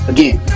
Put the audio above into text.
Again